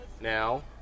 now